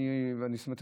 זאת אומרת,